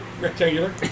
Rectangular